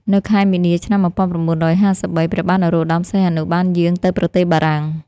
នៅខែមីនា ឆ្នាំ១៩៥៣ ព្រះបាទនរោត្តម សីហនុបានយាងទៅប្រទេសបារាំង។